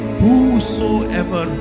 whosoever